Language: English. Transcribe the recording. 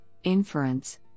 Inference